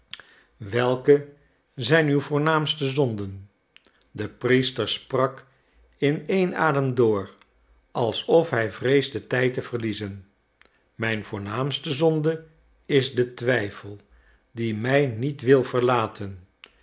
welke zijn uw voornaamste zonden de priester sprak in een adem door alsof hij vreesde tijd te verliezen mijn voornaamste zonde is de twijfel die mij niet wil verlaten